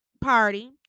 party